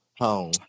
home